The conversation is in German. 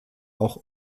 auch